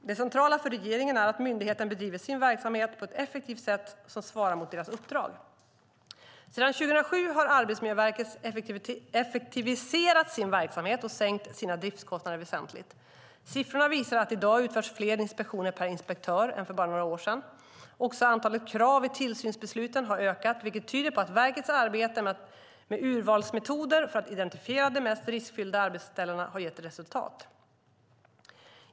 Det centrala för regeringen är att myndigheten bedriver sin verksamhet på ett effektivt sätt som svarar mot deras uppdrag. Sedan 2007 har Arbetsmiljöverket effektiviserat sin verksamhet och sänkt sina driftskostnader väsentligt. Siffrorna visar att det i dag utförs fler inspektioner per inspektör än för bara några år sedan. Också antalet krav i tillsynsbesluten har ökat, vilket tyder på att verkets arbete med urvalsmetoder för att identifiera de mest riskfyllda arbetsställena har gett resultat.